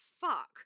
fuck